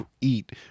eat